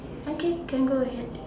okay can go ahead